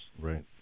Right